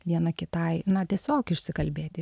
viena kitai na tiesiog išsikalbėti